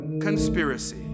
conspiracy